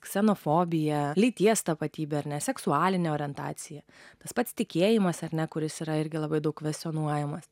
ksenofobija lyties tapatybė ar ne seksualinė orientacija tas pats tikėjimas ar ne kuris yra irgi labai daug kvestionuojamas